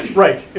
right,